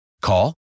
Call